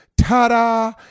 ta-da